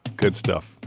good stuff.